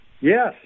Yes